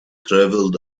traveled